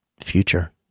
future